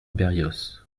berrios